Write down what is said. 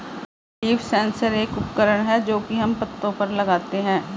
leaf sensor एक उपकरण है जो की हम पत्तो पर लगाते है